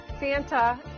Santa